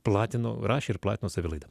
platino rašė ir platino savilaidą